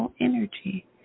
energy